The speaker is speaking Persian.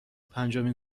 پنجمین